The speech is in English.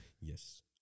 Yes